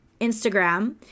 Instagram